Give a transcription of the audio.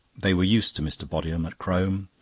they were used to mr. bodiham at crome.